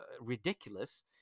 ridiculous